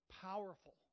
powerful